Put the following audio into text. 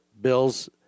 bills